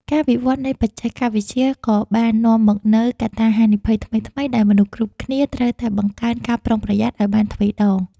ការវិវឌ្ឍនៃបច្ចេកវិទ្យាក៏បាននាំមកនូវកត្តាហានិភ័យថ្មីៗដែលមនុស្សគ្រប់គ្នាត្រូវតែបង្កើនការប្រុងប្រយ័ត្នឱ្យបានទ្វេដង។